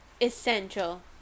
Essential